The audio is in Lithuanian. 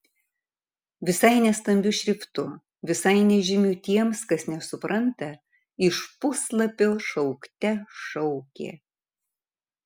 visai ne stambiu šriftu visai nežymiu tiems kas nesupranta iš puslapio šaukte šaukė